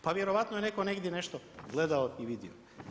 Pa vjerojatno je netko negdje nešto gledao i vidio.